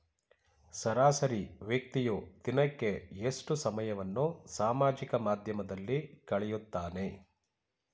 ಸರಾಸರಿ ವ್ಯಕ್ತಿಯು ದಿನಕ್ಕೆ ಎಷ್ಟು ಸಮಯವನ್ನು ಸಾಮಾಜಿಕ ಮಾಧ್ಯಮದಲ್ಲಿ ಕಳೆಯುತ್ತಾನೆ?